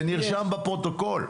זה נרשם בפרוטוקול.